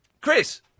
Chris